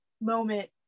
moment